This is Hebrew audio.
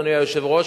אדוני היושב-ראש,